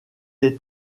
est